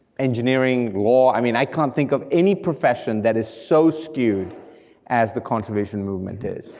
engineering, law, i mean, i can't think of any profession that is so skewed as the conservation movement is,